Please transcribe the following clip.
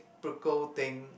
~procal thing